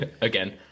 again